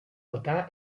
altar